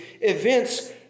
events